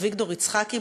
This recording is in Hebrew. אביגדור יצחקי,